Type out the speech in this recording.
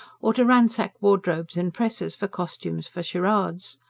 or to ransack wardrobes and presses for costumes for charades.